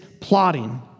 plotting